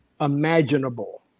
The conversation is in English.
imaginable